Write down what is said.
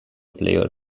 player